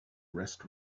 rest